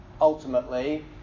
ultimately